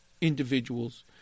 individuals